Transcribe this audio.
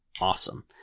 awesome